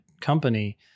company